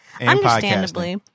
Understandably